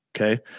Okay